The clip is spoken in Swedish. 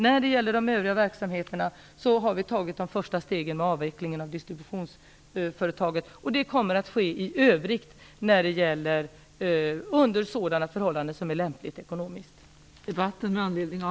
När det gäller de övriga verksamheterna har vi tagit de första stegen mot en avveckling av distributionsföretaget, och den kommer att ske under förhållanden som är ekonomiskt lämpliga.